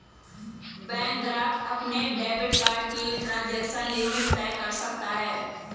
bank ग्राहक अपने debit card की ट्रांज़ैक्शन लिमिट तय कर सकता है